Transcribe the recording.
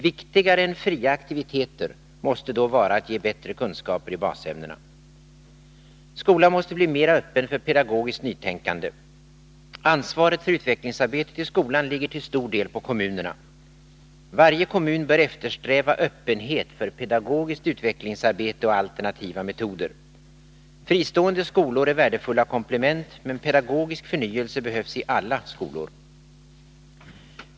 Viktigare än fria aktiviteter måste då vara att ge bättre kunskaper i basämnena. Skolan måste bli mera öppen för pedagogiskt nytänkande. Ansvaret för utvecklingsarbetet i skolan ligger till stor del på kommunerna. Varje kommun bör eftersträva öppenhet för pedagogiskt utvecklingsarbete och alternativa metoder. Fristående skolor är värdefulla komplement, men pedagogisk förnyelse behövs i alla skolor.